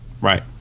Right